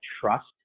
trust